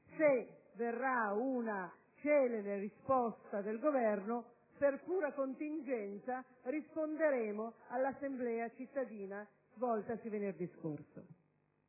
Se verrà una celere risposta del Governo, per pura contingenza risponderemo all'assemblea cittadina svoltasi venerdì scorso.